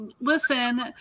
Listen